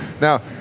Now